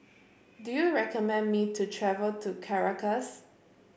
do you recommend me to travel to Caracas